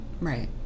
right